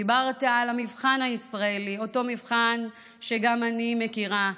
דיברת על המבחן הישראלי, אותו מבחן שגם אני מכירה.